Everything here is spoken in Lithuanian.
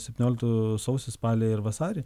septynioliktų sausį spalį ir vasarį